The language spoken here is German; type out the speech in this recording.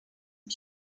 und